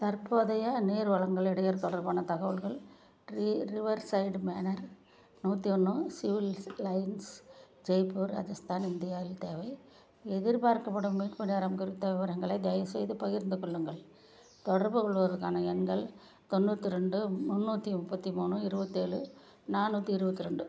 தற்போதைய நீர் வழங்கல் இடையூறு தொடர்பான தகவல்கள் ரி ரிவர்சைடு மேனர் நூற்றி ஒன்று civils lines Jaipur Rajasthan India இல் தேவை எதிர்பார்க்கப்படும் மீட்பு நேரம் குறித்த விவரங்களை தயவுசெய்து பகிர்ந்து கொள்ளுங்கள் தொடர்பு கொள்வதற்கான எண்கள் தொண்ணூற்றிரெண்டு முந்நூற்றி முப்பத்தி மூணு இருவத்தேழு நானூற்றி இருபத்தி ரெண்டு